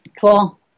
Cool